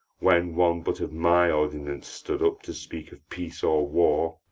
when one but of my ordinance stood up to speak of peace or war.